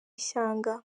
ishyanga